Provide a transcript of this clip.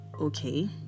okay